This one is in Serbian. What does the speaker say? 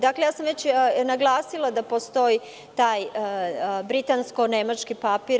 Dakle, ja sam već naglasila da postoji taj britansko-nemački papir.